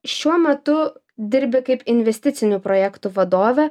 šiuo metu dirbi kaip investicinių projektų vadovė